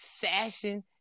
fashion